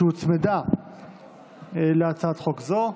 שהוצמדה להצעת חוק זו.